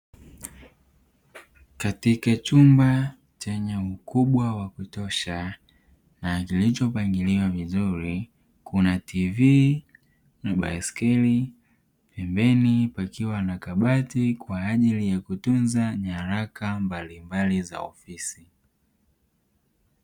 Katika chumba chenye ukubwa wa kutosha na kilicho pangiliwa vizuri kuna televisheni na baiskeli, pembeni pakiwa na kabati kwa ajili ya kutunza nyaraka mbalimbali za ofisi.